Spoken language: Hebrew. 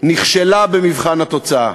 נכשלה במבחן התוצאה.